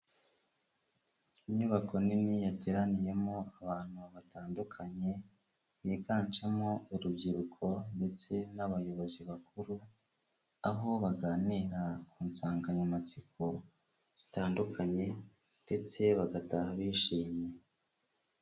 Inyubako nini yateraniyemo abantu batandukanye, biganjemo urubyiruko ndetse n'abayobozi bakuru aho baganira ku nsanganyamatsiko zitandukanye ndetse bagataha bishimye.